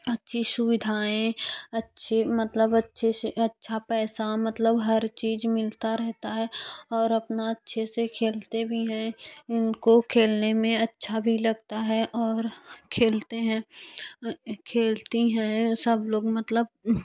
अच्छी सुविधाएँ अच्छी मतलब अच्छे से अच्छा पैसा मतलब हर चीज़ मिलता रहता है और अपना अच्छे से खेलते भी हैं इनको खेलने में अच्छा भी लगता है और खेलते हैं खेलती हैं सब लोग मतलब